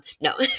no